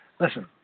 Listen